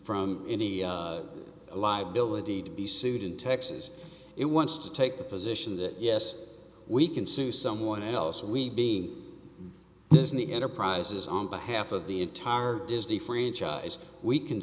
from any liability to be sued in texas it wants to take the position that yes we can sue someone else we being disney enterprises on behalf of the entire does d franchise we can